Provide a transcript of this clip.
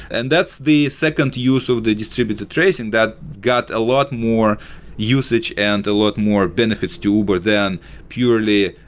and that's the second use of the distributed tracing that got a lot more usage and a lot more benefits to uber than purely,